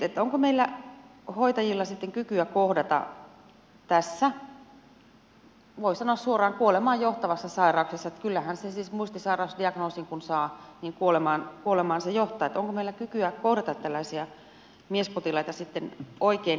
onko meillä hoitajilla sitten kykyä kohdata tässä voi sanoa suoraan kuolemaan johtavassa sairaudessa kyllähän siis se kun muistisairausdiagnoosin saa in kuoleman kuoleman sijalta tommille kuolemaan johtaa tällaisia miespotilaita oikein